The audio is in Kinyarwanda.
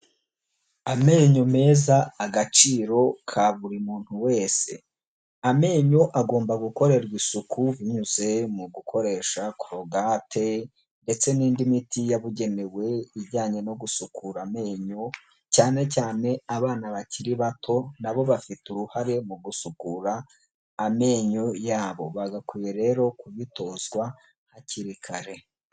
Amenyo meza agaciro ka buri muntu wese, amenyo agomba gukorerwa isuku binyuze mu gukoresha korogate ndetse n'indi miti yabugenewe ijyanye no gusukura amenyo cyane cyane abana bakiri bato na bo bafite uruhare mu gusukura amenyo yabo, bagakwiye rero kubitozwa hakiri kare.